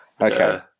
okay